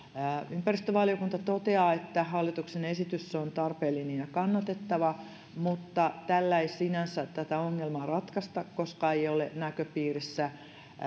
ympäristövaliokunta toteaa että hallituksen esitys on tarpeellinen ja kannatettava mutta että tällä ei sinänsä tätä ongelmaa ratkaista koska ei ole näköpiirissä